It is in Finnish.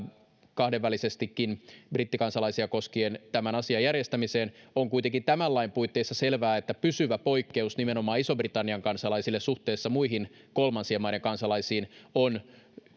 kahdenvälisestikin brittikansalaisia koskien tämän asian järjestämiseen on kuitenkin tämän lain puitteissa selvää että pysyvä poikkeus nimenomaan ison britannian kansalaisille suhteessa muihin kolmansien maiden kansalaisiin on